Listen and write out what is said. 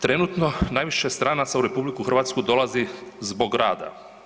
Trenutno, najviše stranaca u RH dolazi zbog rada.